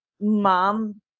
Mom